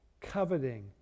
coveting